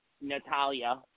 Natalia